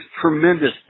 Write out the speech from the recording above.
tremendous